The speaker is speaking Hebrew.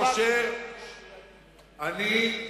זה קריאת ביניים.